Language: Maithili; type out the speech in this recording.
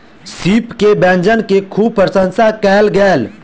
सीप के व्यंजन के खूब प्रसंशा कयल गेल